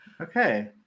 Okay